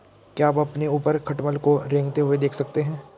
क्या आप अपने ऊपर खटमल को रेंगते हुए देख सकते हैं?